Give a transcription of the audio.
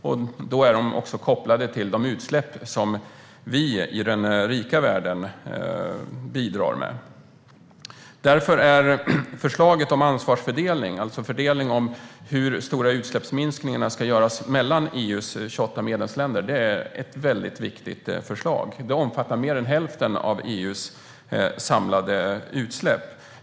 Därmed är de också kopplade till de utsläpp som vi i den rika världen bidrar med. Därför är förslaget om ansvarsfördelning, alltså fördelningen av hur stora utsläppsminskningar som ska göras mellan EU:s 28 medlemsländer, ett viktigt förslag. Det omfattar mer än hälften av EU:s samlade utsläpp.